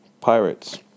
Pirates